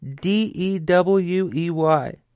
D-E-W-E-Y